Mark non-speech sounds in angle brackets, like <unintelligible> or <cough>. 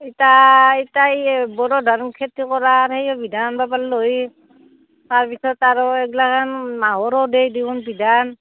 এইতা এইতা ইয়ে বড়ো ধানৰ খেতিৰ সেয়ে বিধান আনিব পাৰিলোঁ হয় তাৰপিছত আৰু এইগিলাখান <unintelligible>